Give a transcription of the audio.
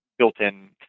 built-in